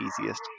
easiest